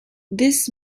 this